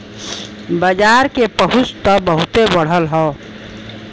बाजार के पहुंच त बहुते बढ़ल हौ